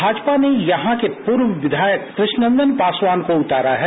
माजपा ने यहां से पूर्व विधायक कु ष्णनंदन पासवान को उतारा है